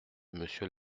monsieur